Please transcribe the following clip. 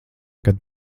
kad